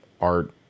art